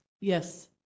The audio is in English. yes